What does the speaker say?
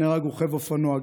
נהרג רוכב אופנוע,